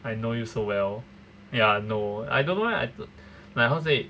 I know you so well ya no I don't know leh I like how say